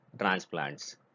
transplants